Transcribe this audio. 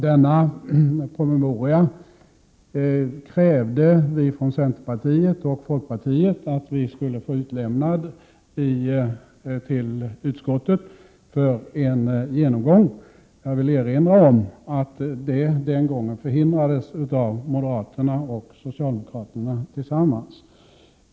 Denna promemoria krävde vi från centerpartiet och folkpartiet att få utlämnad till utskottet för en genomgång. Jag vill erinra om att detta den gången förhindrades av moderaterna och socialdemokraterna tillsammans.